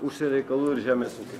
užsienio reikalų ir žemės ūkio